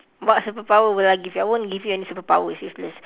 what superpower will I give you I won't give you any superpower it's useless